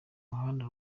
muhanda